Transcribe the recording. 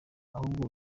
ahubwo